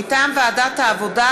מטעם ועדת העבודה,